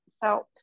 felt